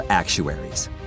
Actuaries